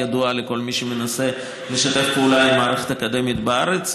ידועה לכל מי שמנסה לשתף פעולה עם המערכת האקדמית בארץ.